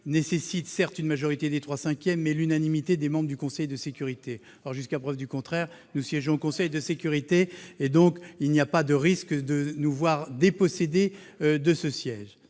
nécessite, certes, une majorité des trois cinquièmes, mais aussi l'unanimité des membres du Conseil de sécurité. Or, jusqu'à preuve du contraire, nous siégeons au Conseil de sécurité et ne sommes pas menacés de nous voir dépossédés de ce siège.